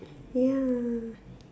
ya